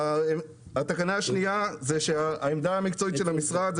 התקנה השנייה העמדה המקצועית של המשרד היא